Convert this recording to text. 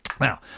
Now